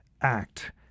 Act